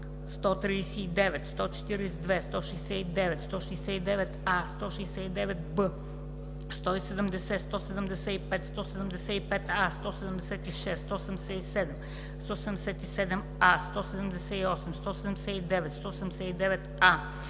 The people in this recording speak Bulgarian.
139, 142, 169, 169а, 169б, 170, 175, 175а, 176, 177, 177а, 178, 179, 179а,